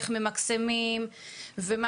כי טובת הקרן היא איך ממקסמים ומה